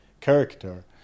character